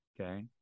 Okay